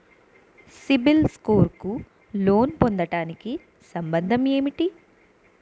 CIBIL score కు loan పొందటానికి సంబంధం ఏంటి?